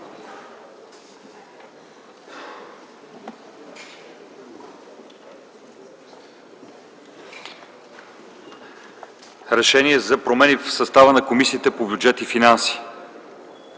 „РЕШЕНИЕ за промени в състава на Комисията по бюджет и финанси